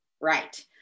Right